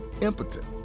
impotent